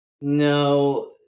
No